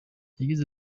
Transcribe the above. yagize